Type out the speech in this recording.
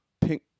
pink